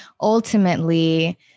ultimately